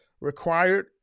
required